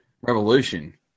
Revolution